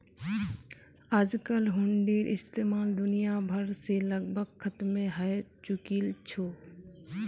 आजकल हुंडीर इस्तेमाल दुनिया भर से लगभग खत्मे हय चुकील छ